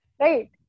Right